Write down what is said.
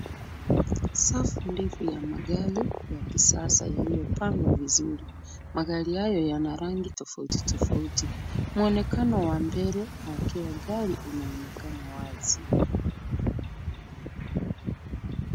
Safu ndefu ya magari ya kisasa yaliyopangwa vizuri. Magari hayo yana rangi tofauti tofauti. Mwonekano wa mbele wa kila gari unaonekana wazi.